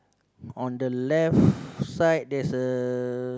on the left side there's a